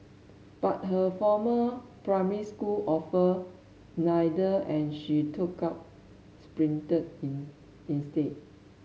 but her former primary school offered neither and she took up sprinting in instead